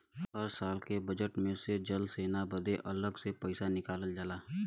हर साल के बजेट मे से जल सेना बदे अलग से पइसा निकालल जाला